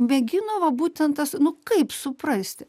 mėgino va būtent tas nu kaip suprasti